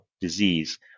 disease